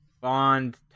Bond